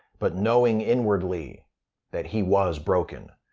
but knowing inwardly that he was broken.